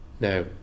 Now